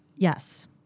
Yes